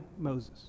Moses